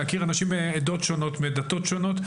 להכיר אנשים מעדות שונות ומדתות שונות.